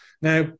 now